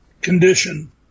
condition